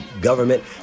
government